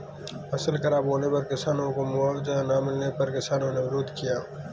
फसल खराब होने पर किसानों को मुआवजा ना मिलने पर किसानों ने विरोध किया